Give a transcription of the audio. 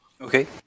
Okay